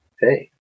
hey